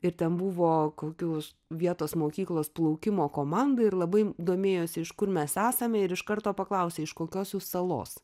ir ten buvo kokios vietos mokyklos plaukimo komanda ir labai domėjosi iš kur mes esame ir iš karto paklausė iš kokios jūs salos